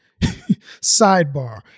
sidebar